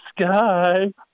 sky